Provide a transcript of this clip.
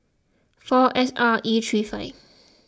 four S R E three five